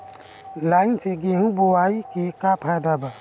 Line से गेहूं बोआई के का फायदा बा?